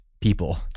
people